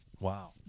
Wow